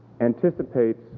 anticipates